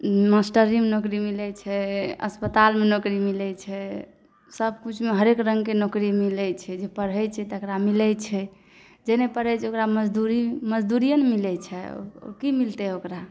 मास्टरीमे नौकरी मिलैत छै अस्पतालमे नोकरी मिलैत छै सभ किछुमे हरेक रङ्गके नौकरी मिलैत छै जे पढ़ैत छै तकरा मिलैत छै जे नहि पढ़ैत छै ओकरा मजदूरी मजदूरिए ने मिलैत छै आओर की मिलतै ओकरा